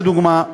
לדוגמה,